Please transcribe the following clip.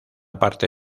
parte